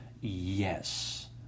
yes